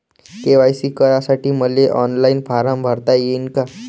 KYC करासाठी मले online form भरता येईन का?